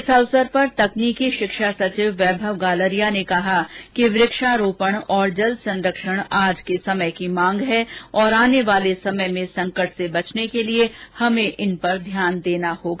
इस अवसर तकनीकी शिक्षा सचिव वैभव गालरिया ने कहा कि वक्षारोपण और जल संरक्षण आज के समय की मांग है और आने वाले समय में संकट से बचने के लिए हमें इन पर ध्यान देना ही होगा